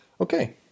Okay